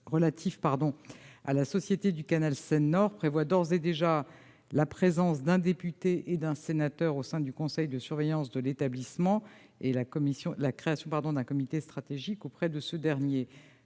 relative à la société du canal Seine-Nord Europe prévoient d'ores et déjà la présence d'un député et d'un sénateur au sein du conseil de surveillance de l'établissement et la création d'un comité stratégique auprès de celui-ci.